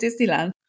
Disneyland